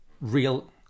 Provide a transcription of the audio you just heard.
real